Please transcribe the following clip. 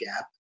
Gap